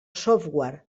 software